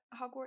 Hogwarts